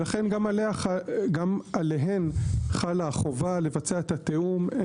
לכן גם עליהם חלה החובה לבצע את התיאום.